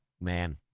man